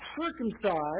circumcised